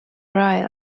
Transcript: right